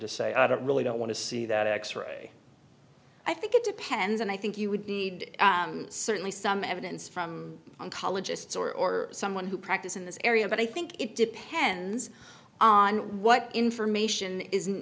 to say i don't really don't want to see that x ray i think it depends and i think you would need certainly some evidence from oncologists or someone who practice in this area but i think it depends on what information is